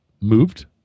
moved